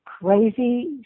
crazy